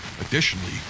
Additionally